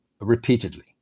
repeatedly